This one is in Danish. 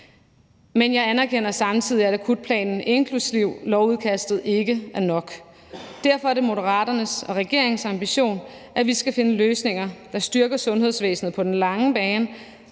Men jeg anerkender samtidig, at akutplanen, inklusive lovudkastet, ikke er nok, og derfor er det Moderaternes og regeringens ambition, at vi skal finde løsninger, der styrker sundhedsvæsenet på den lange bane,